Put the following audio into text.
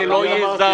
זה לא ייזרק.